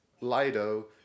Lido